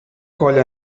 colla